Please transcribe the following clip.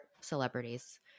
celebrities